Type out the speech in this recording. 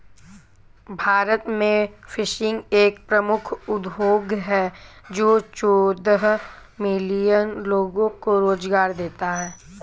भारत में फिशिंग एक प्रमुख उद्योग है जो चौदह मिलियन लोगों को रोजगार देता है